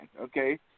okay